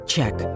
Check